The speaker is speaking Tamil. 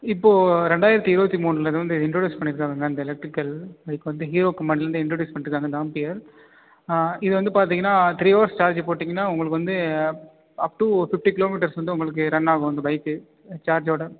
இப்போ ரெண்டாயிரத்து இருபத்தி மூணுல இருந்து இன்ட்ரொடியூஸ் பண்ணியிருக்காங்கங்க இந்த எலக்ட்ரிக்கல் பைக் வந்து ஹீரோ கம்பெனிலர்ந்து இன்ட்ரொடியூஸ் பண்ணிட்டுருக்காங்க இந்த ஆம்பியர் இது வந்து பார்த்தீங்கன்னா த்ரீ ஹவர்ஸ் சார்ஜு போட்டிங்கன்னா உங்களுக்கு வந்து அப் டூ ஃபிஃப்டி கிலோமீட்டர்ஸ் வந்து உங்களுக்கு ரன் ஆகும் இந்த பைக்கு சார்ஜோட